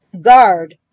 Guard